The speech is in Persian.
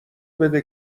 بده